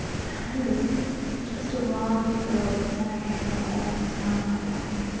when i was just a wild girl with my hair all down my back,